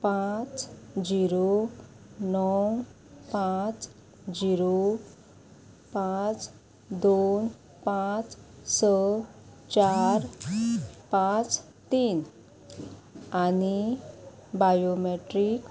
पांच झिरो णव पांच झिरो पांच दोन पांच स चार पांच तीन आनी बायोमेट्रीक